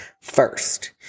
first